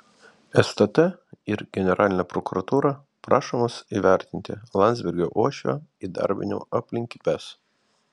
stt ir generalinė prokuratūra prašomos įvertinti landsbergio uošvio įdarbinimo aplinkybes